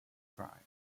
drive